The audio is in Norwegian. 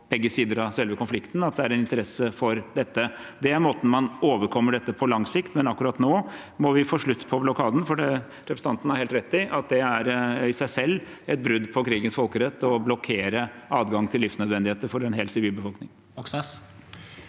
begge sider av selve konflikten at det er interesse for dette. Det er måten man overkommer dette på lang sikt. Men akkurat nå må vi få slutt på blokaden, for representanten har helt rett i at det er i seg selv et brudd på krigens folkerett å blokkere adgang til livsnødvendigheter for en hel sivilbefolkning.